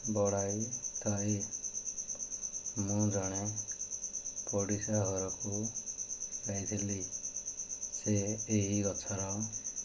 ବଢ଼ାଇଥାଏ ମୁଁ ଜଣେ ପଡ଼ିଶା ଘରକୁ ଯାଇଥିଲି ସେ ଏହି ଗଛର